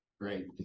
Great